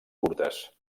curtes